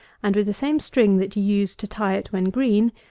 and with the same string that you used to tie it when green,